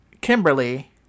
Kimberly